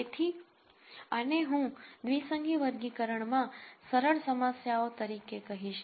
તેથી આને હું દ્વિસંગી વર્ગીકરણમાં સરળ સમસ્યાઓ તરીકે કહીશ